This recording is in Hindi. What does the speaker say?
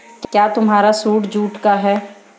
क्या तुम्हारा सूट जूट का है?